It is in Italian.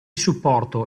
supporto